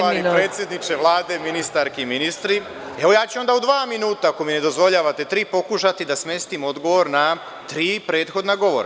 Poštovani predsedniče Vlade, ministarke i ministri, ja ću onda u dva minuta, ako mi ne dozvoljavate tri, pokušati da smestim odgovor na tri prethodna govora.